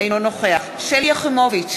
אינו נוכח שלי יחימוביץ,